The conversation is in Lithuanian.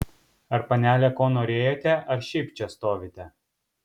ar panelė ko norėjote ar šiaip čia stovite